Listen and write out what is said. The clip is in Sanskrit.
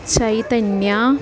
चैतन्या